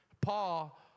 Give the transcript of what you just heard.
Paul